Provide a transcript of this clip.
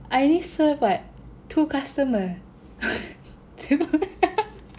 I only serve what two customer